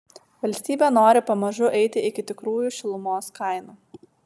valstybė nori pamažu eiti iki tikrųjų šilumos kainų